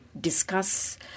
discuss